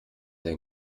ein